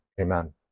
Amen